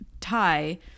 tie